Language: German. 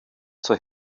zur